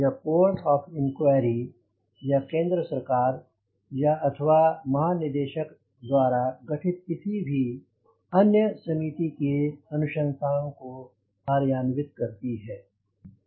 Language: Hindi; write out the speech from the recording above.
यह कोर्ट ऑफ इंक्वायरी या केंद्र सरकार या अथवा महानिदेशक द्वारा गठित किसी भी किसी भी अन्य समिति के अनुशंसाओं को कार्यान्वित करती है